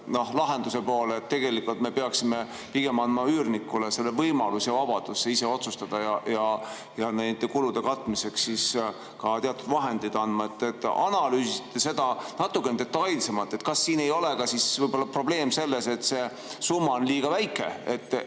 lahenduse poole, et tegelikult me peaksime pigem andma üürnikule võimaluse ja vabaduse ise otsustada ning nende kulude katmiseks siis teatud vahendid andma. Kas te analüüsisite seda natuke detailsemalt? Kas siin ei ole võib-olla probleem selles, et see summa on liiga väike,